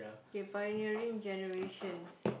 kay pioneering generations